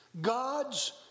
God's